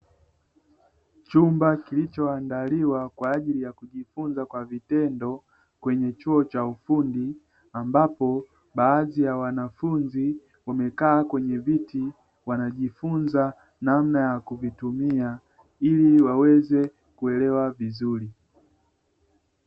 Chumba kilichoandaliwa kwa ajili ya kujifunza kwa vitendo kwenye chuo cha ufundi, ambapo baadhi ya wanafunzi wamekaa kwenye viti wanajifunza namna ya kuvitumia ili waweze kuelewa vizuri.